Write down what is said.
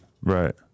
Right